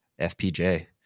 FPJ